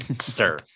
sir